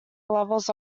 levels